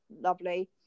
lovely